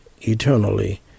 eternally